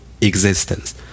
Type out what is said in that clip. existence